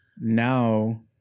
now